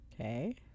Okay